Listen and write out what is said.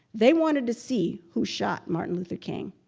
they wanted to see who shot martin luther king.